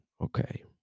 Okay